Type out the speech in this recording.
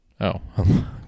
Oh